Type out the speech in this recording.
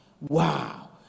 Wow